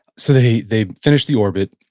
so they they finished the orbit,